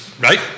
Right